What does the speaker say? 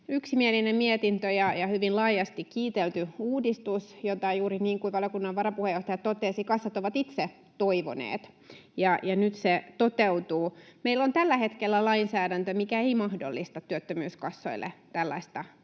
yksimielinen mietintö ja hyvin laajasti kiitelty uudistus, jota, juuri niin kuin valiokunnan varapuheenjohtaja totesi, kassat ovat itse toivoneet, ja nyt se toteutuu. Meillä on tällä hetkellä lainsäädäntö, mikä ei mahdollista työttömyyskassoille tällaista toimintaa.